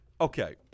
okay